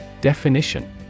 Definition